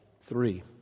three